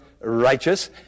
righteous